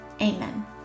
Amen